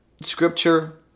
scripture